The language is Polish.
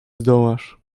zdołasz